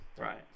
Right